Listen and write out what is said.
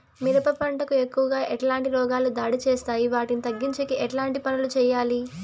మిరప పంట కు ఎక్కువగా ఎట్లాంటి రోగాలు దాడి చేస్తాయి వాటిని తగ్గించేకి ఎట్లాంటి పనులు చెయ్యాలి?